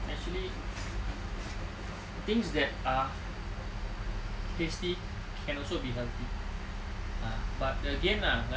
actually things that are tasty can also be healthy ah but again lah like